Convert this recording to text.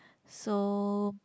so